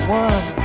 one